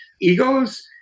egos